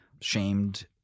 shamed